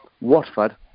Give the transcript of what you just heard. Watford